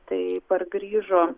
tai pargrįžo